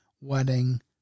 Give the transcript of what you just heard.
wedding